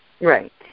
Right